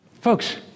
Folks